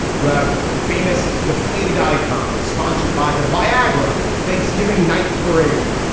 you have famous deflated icons sponsored by the vidaguerra thanksgiving night parade.